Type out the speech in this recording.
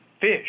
fish